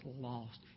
lost